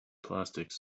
plastics